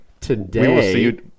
today